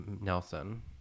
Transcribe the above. nelson